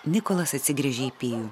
nikolas atsigręžė į pijų